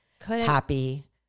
happy